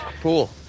pool